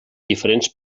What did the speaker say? diferents